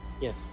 yes